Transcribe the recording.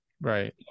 Right